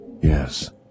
Yes